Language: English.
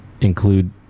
include